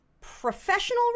professional